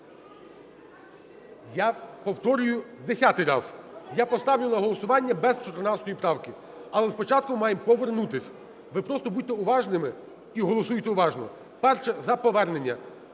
Я повторюю десятий раз: я поставлю на голосування без 14 правки, але спочатку ми маємо повернутись, ви просто будьте уважними і голосуйте уважно. Перше за повернення